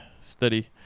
Steady